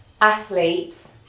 athlete's